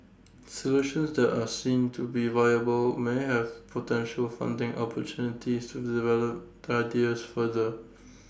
solutions that are seen to be viable may have potential funding opportunities to develop the ideas further